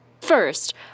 First